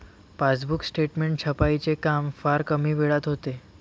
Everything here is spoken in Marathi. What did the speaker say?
पासबुक स्टेटमेंट छपाईचे काम फार कमी वेळात होते